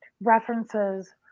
references